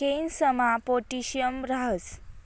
केयीसमा पोटॅशियम राहस